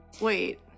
Wait